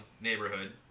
neighborhood